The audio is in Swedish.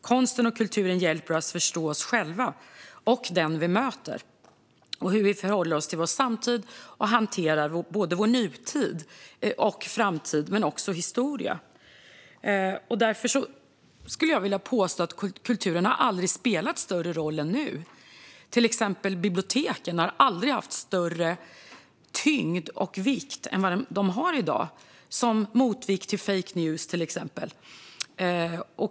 Konsten och kulturen hjälper oss att förstå oss själva och den vi möter. Det handlar om hur vi förhåller oss till vår samtid och hanterar vår nutid och framtid men också historia. Därför skulle jag vilja påstå att kulturen aldrig har spelat större roll än nu. Till exempel har biblioteken aldrig haft större tyngd och vikt än vad de har i dag, som motvikt till fake news, till exempel.